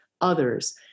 others